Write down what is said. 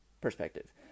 perspective